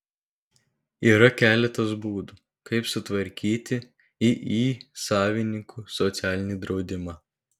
yra keletas būdų kaip sutvarkyti iį savininkų socialinį draudimą